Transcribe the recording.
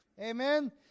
Amen